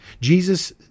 Jesus